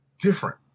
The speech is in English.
different